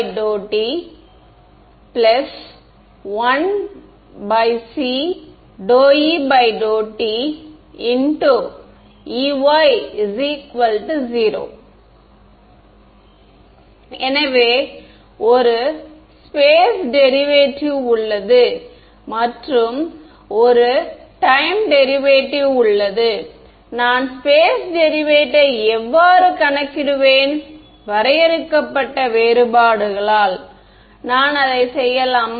∂E∂x 1c∂E∂t Ey𝟢 எனவே ஒரு space derivative உள்ளது மற்றும் ஒரு டைம் டெரிவேட்டிவ் time derivative உள்ளது நான் ஸ்பெஸ் டெரிவேட்டிவ்வை எவ்வாறு கணக்கிடுவேன் வரையறுக்கப்பட்ட வேறுபாடுகளால் நான் அதை செய்யலாமா